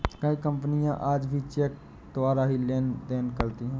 कई कपनियाँ आज भी चेक द्वारा ही लेन देन करती हैं